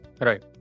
Right